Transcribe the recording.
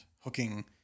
hooking